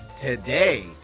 Today